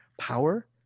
power